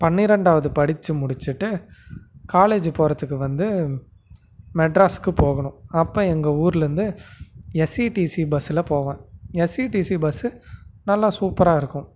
பன்னிரெண்டாவது படிச்சு முடிச்சுட்டு காலேஜு போகிறதுக்கு வந்து மெட்ராஸுக்கு போகணும் அப்போ எங்கள் ஊரிலேருந்து எஸ்இடிசி பஸ்ஸில் போவேன் எஸ்இடிசி பஸ்ஸு நல்ல சூப்பராக இருக்கும்